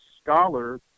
scholar